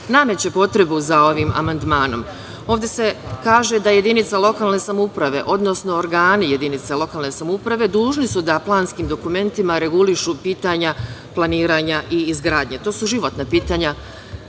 nameće potrebu za ovim amandmanom. Ovde se kaže da jedinica lokalne samouprave, odnosno organi jedinice lokalne samouprave dužni su da planskim dokumentima regulišu pitanja planiranja i izgradnje. To su životna pitanja